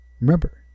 Remember